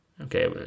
okay